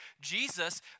Jesus